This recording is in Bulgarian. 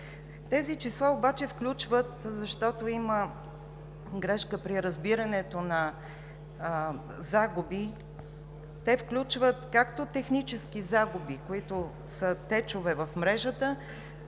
Тези числа обаче включват, защото има грешка при разбирането за загуби, както технически загуби, които са течовете в мрежата,